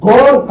God